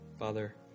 Father